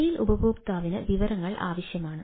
mobile ഉപയോക്താവിന് വിവരങ്ങൾ ആവശ്യമാണ്